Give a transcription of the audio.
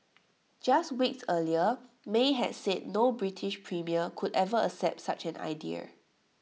just weeks earlier may had said no British premier could ever accept such an idea